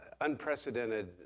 unprecedented